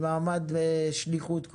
במעמד שליחות,